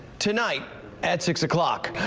tonight at six o'clock.